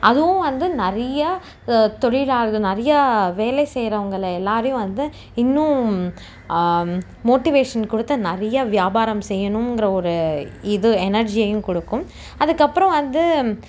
அதுவும் வந்து நிறைய தொழிலாளி நிறையா வேலை செய்யிறவங்கள எல்லோரையும் வந்து இன்னும் மோட்டிவேஷன் கொடுத்து நிறையா வியாபாரம் செய்யணும்ங்குற ஒரு இது எனர்ஜியையும் கொடுக்கும் அதுக்கப்பறம் வந்து